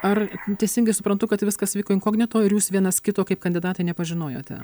ar teisingai suprantu kad viskas vyko inkognito ir jūs vienas kito kaip kandidatai nepažinojote